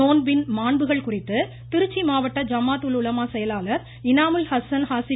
நோன்பின் மாண்புகள் குறித்து திருச்சி மாவட்ட ஜமாத் உல் உலமா செயலாளர் இனாமுல் ஹசன் காசி